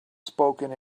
spoken